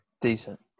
Decent